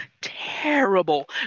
terrible